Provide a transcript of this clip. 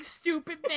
stupid